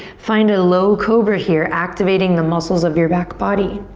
find a low cobra here. activating the muscles of your back body.